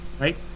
Right